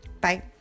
Bye